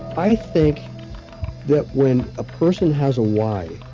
i think that when a person has a why,